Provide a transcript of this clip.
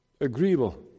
agreeable